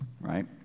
Right